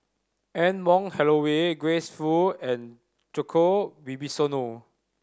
Anne Wong Holloway Grace Fu and Djoko Wibisono